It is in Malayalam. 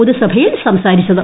പൊതുസഭ യിൽ സംസാരിച്ചത്